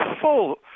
full